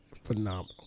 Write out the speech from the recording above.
Phenomenal